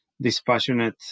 dispassionate